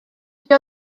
dydi